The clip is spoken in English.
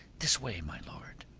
this way, my lord.